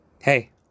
Hey